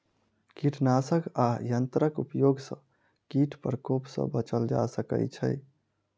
कीटनाशक आ यंत्रक उपयोग सॅ कीट प्रकोप सॅ बचल जा सकै छै